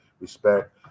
respect